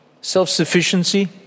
self-sufficiency